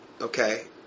okay